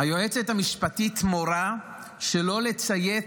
כשהיועצת המשפטית מורה שלא לציית